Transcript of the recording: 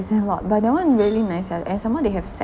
is a lot but that one really nice eh and some more they have set